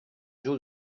chose